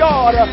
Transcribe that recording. God